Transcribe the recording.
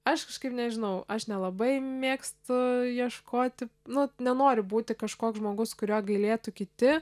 aš kažkaip nežinau aš nelabai mėgstu ieškoti nu nenori būti kažkoks žmogus kurio gailėtų kiti